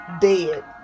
dead